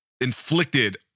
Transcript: inflicted